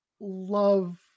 love